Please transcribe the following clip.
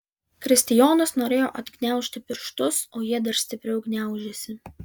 kristijonas norėjo atgniaužti pirštus o jie dar stipriau gniaužėsi